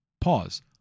Pause